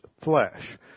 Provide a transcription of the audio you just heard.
flesh